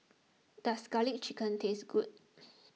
does Garlic Chicken taste good